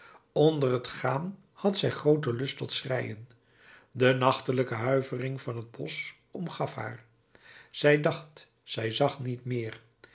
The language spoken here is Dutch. onder t gaan had zij grooten lust tot schreien de nachtelijke huivering van het bosch omgaf haar zij dacht zij zag niet meer